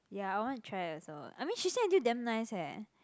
ya I want to try also I mean she say until damn nice leh